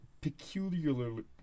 peculiarly